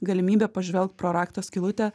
galimybė pažvelgt pro rakto skylutę